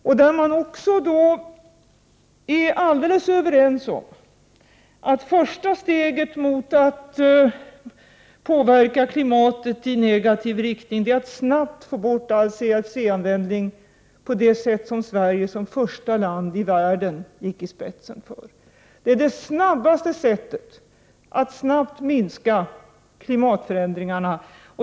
Där är man också alldeles överens om att första steget mot att påverka klimatför sämringen i negativ riktning är att snabbt få bort all CFC-användning, på det sätt som Sverige i världen gått i spetsen för, som första land alltså. Det är det snabbaste sättet att minska klimatförändringarna.